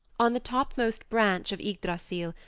on the topmost branch of ygdrassil,